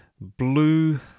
blue